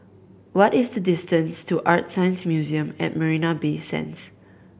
what is the distance to ArtScience Museum at Marina Bay Sands